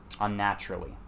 Unnaturally